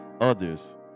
others